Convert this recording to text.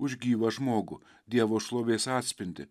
už gyvą žmogų dievo šlovės atspindį